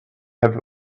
have